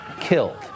killed